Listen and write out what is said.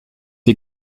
wir